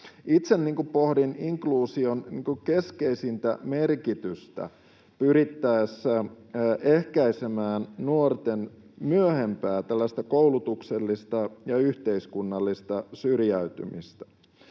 Itse pohdin inkluusion keskeisintä merkitystä pyrittäessä ehkäisemään nuorten myöhempää tällaista koulutuksellista ja yhteiskunnallista syrjäytymistä.